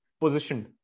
positioned